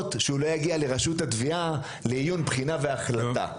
שהוא לא יגיע לרשות התביעה לעיון בחינה והחלטה.